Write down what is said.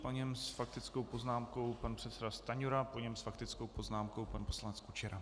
Po něm s faktickou poznámkou pan předseda Stanjura, po něm s faktickou poznámkou pan poslanec Kučera.